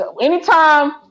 anytime